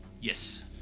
Yes